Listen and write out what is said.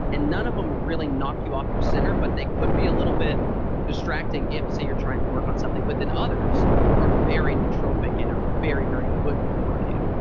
and none of them really knock you off your center, but they could be a little bit distracting if, say, you're trying to work on something. but then others are very nootropic and are very, very good for working.